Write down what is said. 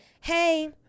hey